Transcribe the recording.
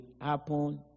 happen